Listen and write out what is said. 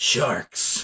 Sharks